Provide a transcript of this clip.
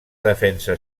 defensa